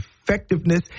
effectiveness